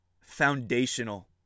foundational